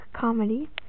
comedy